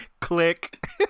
Click